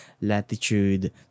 Latitude